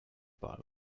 bulb